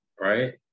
right